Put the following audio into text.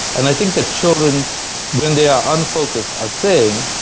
and i think that children when they are unfocused, are saying,